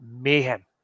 mayhem